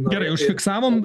gerai užfiksavom